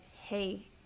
hey